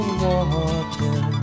water